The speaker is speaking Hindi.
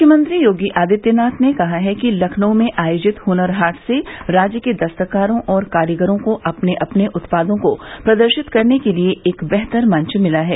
मुख्यमंत्री योगी आदित्यनाथ ने कहा है कि लखनऊ में आयोजित हनर हाट से राज्य के दस्तकारों और कारीगरों को अपने अपने उत्पादों को प्रदर्शित करने के लिये एक बेहतर मंच मिला है